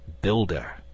Builder